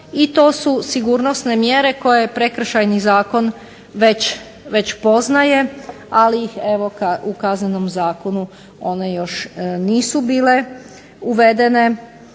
i to su sigurnosne mjere koje prekršajni zakon već poznaje, ali evo u kaznenom zakonu one još nisu bile uvedene.